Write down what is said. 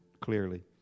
clearly